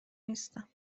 نیستم